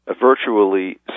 virtually